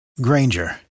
Granger